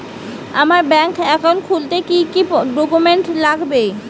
আমার bank account খুলতে কি কি ডকুমেন্ট লাগবে?